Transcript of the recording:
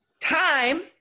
Time